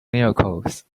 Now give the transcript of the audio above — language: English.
miracles